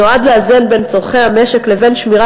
שנועד לאזן בין צורכי המשק לבין שמירה